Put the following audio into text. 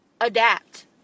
Adapt